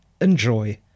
Enjoy